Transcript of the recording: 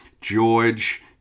George